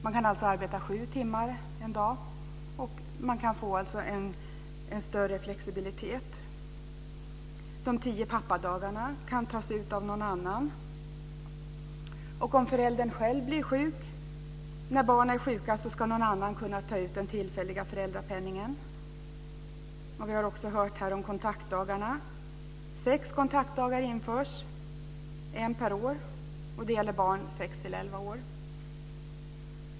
Man kan alltså arbeta sju timmar en dag och kan få en större flexibilitet. De tio pappadagarna kan tas ut av någon annan. Om föräldern själv blir sjuk när barnen är sjuka ska någon annan kunna ta ut den tillfälliga föräldrapenningen. Vi har här också hört om kontaktdagarna. Sex kontaktdagar införs. Det är en dag per år, och det gäller barn i åldern 6-11 år.